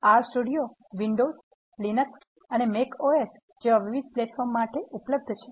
R studio Windows Linux અને macOS જેવા વિવિધ પ્લેટફોર્મ માટે ઉપલબ્ધ છે